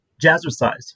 jazzercise